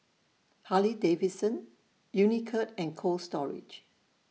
Harley Davidson Unicurd and Cold Storage